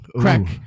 crack